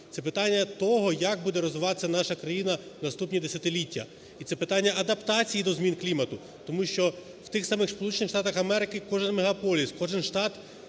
це питання того, як буде розвиватися наша країна наступні десятиліття, і це питання адаптації до змін клімату. Тому що в тих самих Сполучених Штатах Америки кожен мегаполіс, кожен штат,